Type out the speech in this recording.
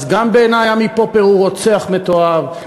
אז בעיני גם עמי פופר הוא רוצח מתועב,